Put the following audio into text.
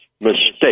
mistake